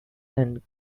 and